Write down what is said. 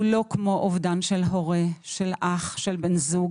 הוא לא כמו אובדן של הורה, של אח, של בן זוג.